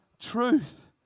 truth